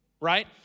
Right